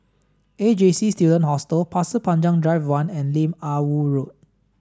A J C Student Hostel Pasir Panjang Drive one and Lim Ah Woo Road